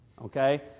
Okay